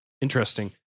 Interesting